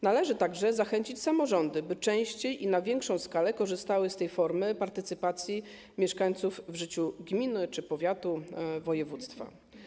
Należy także zachęcić samorządy, by częściej i na większą skalę korzystały z tej formy partycypacji mieszkańców w życiu gminy, powiatu czy województwa.